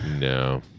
No